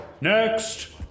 Next